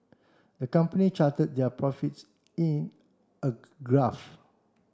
the company charted their profits in a graph